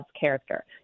character